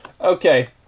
Okay